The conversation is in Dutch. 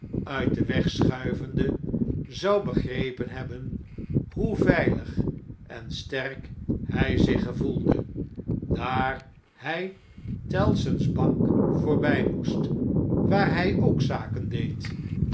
uit den weg schuivende zou begrepen hebben hoe veilig en sterk hy zich gevoelde daar hij tellson's bank voorby moest waar hy ook zaken deed